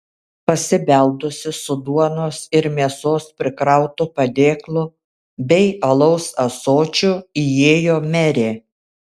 pasibeldusi su duonos ir mėsos prikrautu padėklu bei alaus ąsočiu įėjo merė